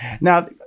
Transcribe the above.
Now